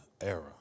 era